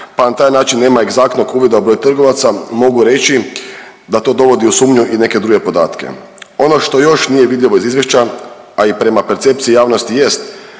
pa na taj način nema egzaktnog uvida u broj trgovaca, mogu reći da to dovodi u sumnju i neke druge podatke. Ono što još nije vidljivo iz izvješća, a i prema percepciji javnosti jest